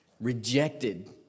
rejected